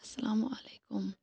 السلامُ علیکُم